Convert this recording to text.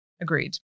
Agreed